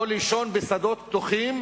או לישון בשדות פתוחים